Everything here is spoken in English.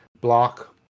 block